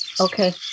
Okay